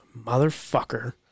motherfucker